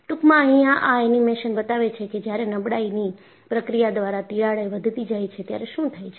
ટૂંકમાં અહિયાં આ એનિમેશન બતાવે છે કે જ્યારે નબળાઈની પ્રક્રિયા દ્વારા તિરાડ એ વધતી જાય છે ત્યારે શું થાય છે